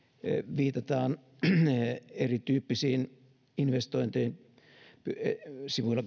viitataan erityyppisiin investointeihin sivuilla